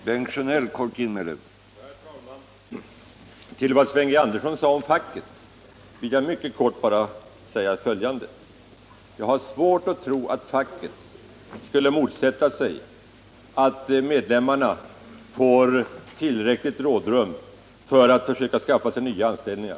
Herr talman! Till vad Sven G. Andersson sade om facket vill jag mycket kort säga följande. Jag har svårt att tro att facket skulle motsätta sig att medlemmarna får tillräckligt rådrum för att försöka skaffa sig nya anställningar.